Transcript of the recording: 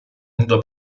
nudo